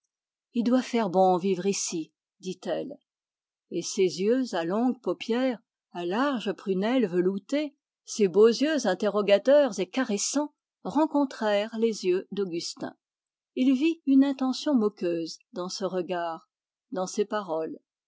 il doit faire bon vivre ici dit-elle et ses yeux à longues paupières à larges prunelles veloutées ses beaux yeux interrogateurs et caressants rencontrèrent les yeux d'augustin il vit une intention moqueuse dans ce regard dans ces paroles